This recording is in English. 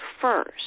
first